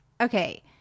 okay